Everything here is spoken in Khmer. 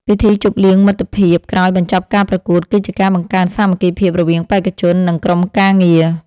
ពិធីជប់លៀងមិត្តភាពក្រោយបញ្ចប់ការប្រកួតគឺជាការបង្កើនសាមគ្គីភាពរវាងបេក្ខជន និង ក្រុមការងារ។